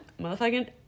motherfucking